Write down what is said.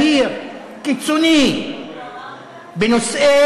יהיר, קיצוני, בנושאי